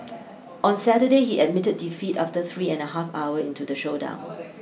on Saturday he admitted defeat after three and a half hour into the showdown